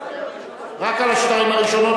להצביע רק על השתיים הראשונות.